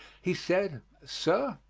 he said, sir,